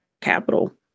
capital